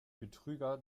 betrüger